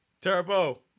Turbo